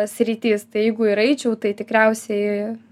sritis tai jeigu ir eičiau tai tikriausiai